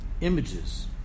images